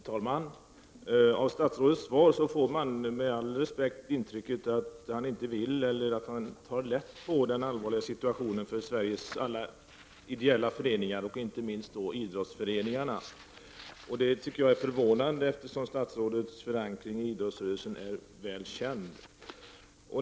Herr talman! Av statsrådets svar får man, med all respekt, intrycket att han inte vill ta itu med, eller att han tar lätt på, den allvarliga situation som Sveriges alla ideella föreningar, inte minst idrottsföreningarna, befinner sig i. Det tycker jag är förvånande, eftersom statsrådets förankring i idrottsrörelsen är väl känd.